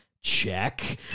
Check